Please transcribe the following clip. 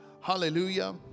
hallelujah